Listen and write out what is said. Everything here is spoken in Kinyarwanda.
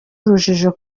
urujijo